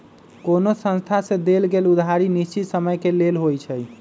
कोनो संस्था से देल गेल उधारी निश्चित समय के लेल होइ छइ